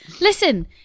listen